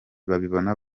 babibona